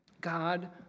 God